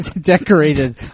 decorated